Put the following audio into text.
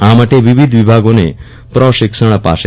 આ માટે વિવિધ વિભાગોને પ્રશિક્ષણ અપાશે